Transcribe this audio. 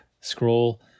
scroll